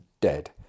dead